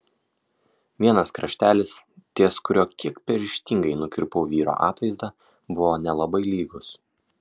vienas kraštelis ties kuriuo kiek per ryžtingai nukirpau vyro atvaizdą buvo nelabai lygus